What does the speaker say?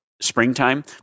Springtime